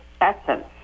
essence